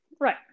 Right